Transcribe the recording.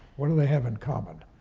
what do they have in common?